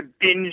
binge